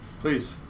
Please